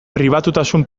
pribatutasun